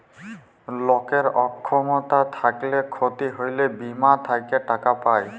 লকের অক্ষমতা থ্যাইকলে ক্ষতি হ্যইলে বীমা থ্যাইকে টাকা পায়